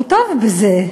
הוא טוב בזה.